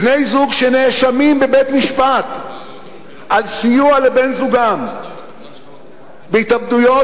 בני-זוג שנאשמים בבית-משפט על סיוע לבן-זוגם בהתאבדויות,